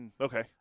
Okay